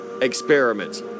experiment